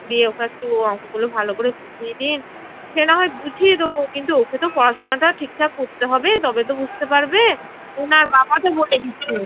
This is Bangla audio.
দিয়ে ওকে একটু অঙ্কগুলো ভালো করে বুঝিয়ে দিন সে না হয় বুঝিয়ে দেবো কিন্তু ওকে তো পড়াশোনাটা ঠিকঠাক করতে হবে তবে তো বুঝতে পারবে ও না বাবাকে বলে দিচ্ছে